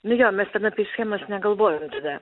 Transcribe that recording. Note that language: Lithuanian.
nu jo mes ten apie schemas negalvojom tada